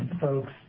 folks